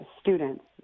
students